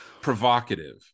provocative